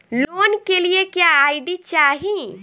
Loan के लिए क्या आई.डी चाही?